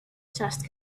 dust